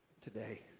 today